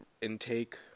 intake